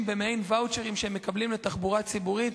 במעין ואוצ'רים שהם מקבלים לתחבורה הציבורית,